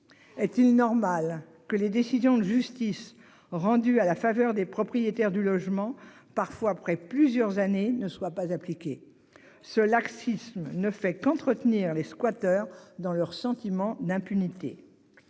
Est-il normal que les décisions de justice rendues à la faveur des propriétaires du logement parfois après plusieurs années ne soit pas appliquée. Ce laxisme ne fait qu'entretenir les squatteurs dans leur sentiment d'impunité.